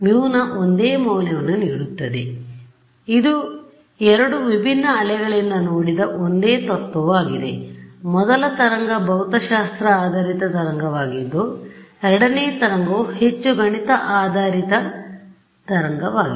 ಆದ್ದರಿಂದ ಇದು ಎರಡು ವಿಭಿನ್ನ ಅಲೆಗಳಿಂದ ನೋಡಿದ ಒಂದೇ ತತ್ವವಾಗಿದೆ ಮೊದಲ ತರಂಗ ಭೌತಶಾಸ್ತ್ರ ಆಧಾರಿತ ತರಂಗವಾಗಿದ್ದು ಎರಡನೇ ತರಂಗವು ಹೆಚ್ಚು ಗಣಿತ ಆಧಾರಿತ ತರಂಗವಾಗಿದೆ